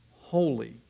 holy